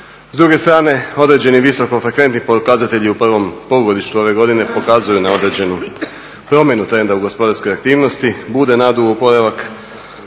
S druge strane određeni visokofrekventni pokazatelji u prvom polugodištu ove godine pokazuju na određenu promjenu trenda u gospodarskoj aktivnosti,